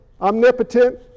omnipotent